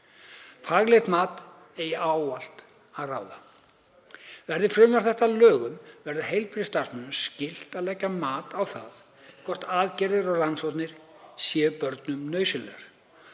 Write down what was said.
Faglegt mat eigi ávallt að ráða. Verði frumvarp þetta að lögum verður heilbrigðisstarfsmönnum skylt að leggja mat á það hvort aðgerðir og rannsóknir séu börnum nauðsynlegar